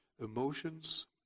emotions